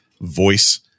voice